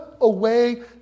away